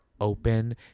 open